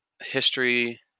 History